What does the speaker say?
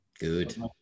Good